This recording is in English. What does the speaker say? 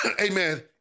amen